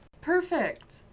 Perfect